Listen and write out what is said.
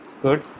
Good